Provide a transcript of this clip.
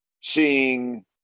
seeing